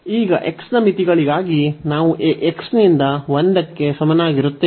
ಈಗ x ನ ಮಿತಿಗಳಿಗಾಗಿ ನಾವು ಈಗ x ನಿಂದ 1 ಕ್ಕೆ ಸಮನಾಗಿರುತ್ತೇವೆ